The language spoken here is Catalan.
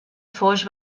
foix